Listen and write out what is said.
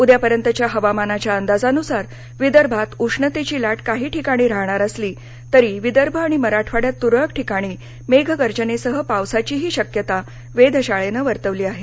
उद्यापर्यंतच्या हवामानाच्या अंदाजानुसार विदर्भात उष्णतेची लाट काही ठिकाणी रहाणार असली तरी विदर्भ आणि मराठवाड्यात तुरळक ठिकाणी मेघगर्जनेसह पावसाचीही शक्यता वेधशाळेनं वर्तवली आहे